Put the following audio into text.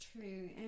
true